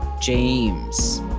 James